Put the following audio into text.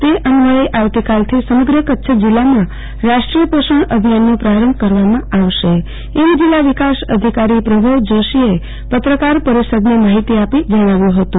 તે અન્વયે આવતીકાલથી સમગ્ર કચ્છ જિલ્લામાં રાષ્ટ્રીય પોષણ અભિયાનનો પ્રારંભ કરવામા આવશે એમ જીલ્લા વિકાસ અધિકારી પ્રભવ જોષીએ પત્રકાર પરિષમાં માફિતી આપી જણાવ્યુ હતું